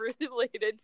related